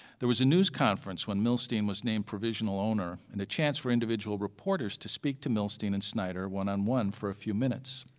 there was a news conference when milstein was named provisional owner and a chance for individual reporters to speak to milstein and snyder one-on-one for a few minutes.